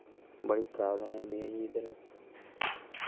बड़ी प्राब्लम होंदी ऐ जी इद्धर